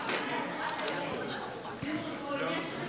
והבנייה (תיקון מס' 150 והוראת שעה, חרבות ברזל),